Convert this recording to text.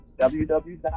www